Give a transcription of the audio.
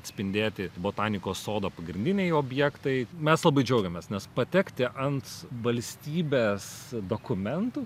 atspindėti botanikos sodo pagrindiniai objektai mes labai džiaugiamės nes patekti ant valstybės dokumentų